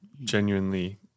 genuinely